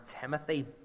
Timothy